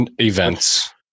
Events